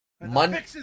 monday